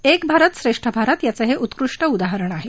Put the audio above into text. एक भारत श्रेष्ठ भारत यांचं हे उत्कृष्ठ उदाहरण आहे